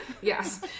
Yes